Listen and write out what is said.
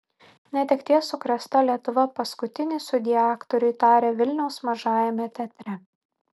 netekties sukrėsta lietuva paskutinį sudie aktoriui tarė vilniaus mažajame teatre